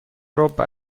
ربع